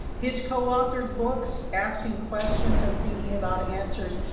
his coauthored books asking questions and thinking about answers,